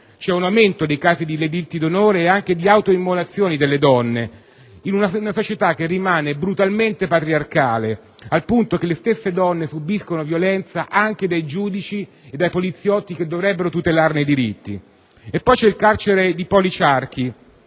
un aumento dei casi di delitti d'onore e anche di autoimmolazione delle donne in una società che rimane brutalmente patriarcale al punto che le stesse donne subiscono violenza anche dai giudici e dai poliziotti che dovrebbero tutelarne i diritti. Poi c'è il carcere di Pol-i-Chark,